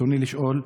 ברצוני לשאול: